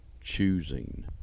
choosing